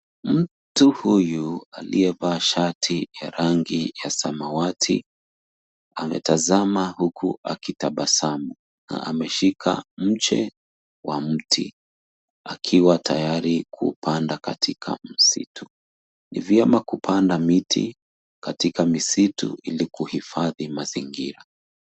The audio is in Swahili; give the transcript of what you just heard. Mtu huyu aliyevaa shati ya rangi ya samawati ametazama huku akitabasamu, na ameshika mche wa mti, akiwa tayari kuupanda katika msitu. Ni vyema kupanda miti katika misitu ili kuhifadhi mazingira.